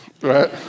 right